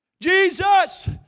Jesus